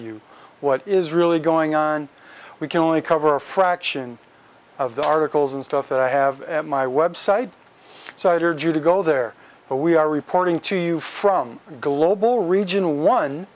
you what is really going on we can only cover a fraction of the articles and stuff that i have my website so i'd urge you to go there but we are reporting to you from a global regional one